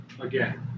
again